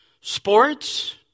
Sports